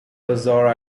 azores